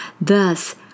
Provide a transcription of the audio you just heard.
Thus